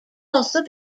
also